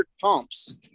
pumps